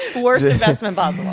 worst investment but